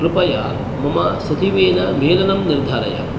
कृपया मम सचिवेन मेलनं निर्धारय